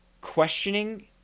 questioning